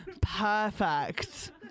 Perfect